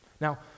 Now